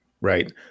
right